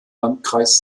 landkreis